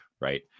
right